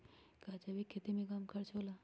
का जैविक खेती में कम खर्च होला?